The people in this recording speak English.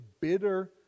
bitter